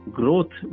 growth